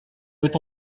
peut